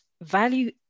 value